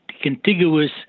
contiguous